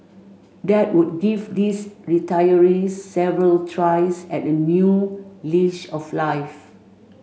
that would give these retirees several tries at a new leash of life